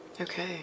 Okay